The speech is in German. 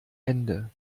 ende